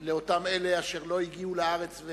לאלה מבני העדה האתיופית אשר לא הגיעו לארץ,